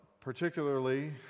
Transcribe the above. Particularly